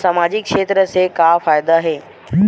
सामजिक क्षेत्र से का फ़ायदा हे?